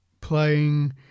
playing